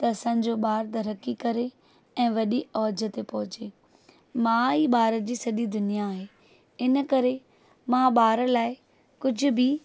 त असांजो ॿारु तरिकी करे ऐं वॾी ओज ते पहुचे मां ई ॿार जी सॼी दुनिया आहे इन करे मां ॿार लाइ कुझु बि